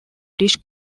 british